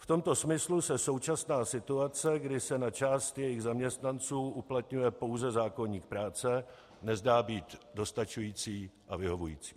V tomto smyslu se současná situace, kdy se na část jejich zaměstnanců uplatňuje pouze zákoník práce, nezdá být dostačující a vyhovující.